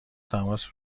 تماس